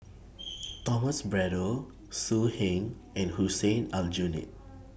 Thomas Braddell So Heng and Hussein Aljunied